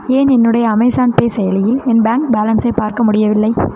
ஏன் என்னுடைய Amazon Pay செயலியில் என் பேங்க் பேலன்ஸைப் பார்க்க முடியவில்லை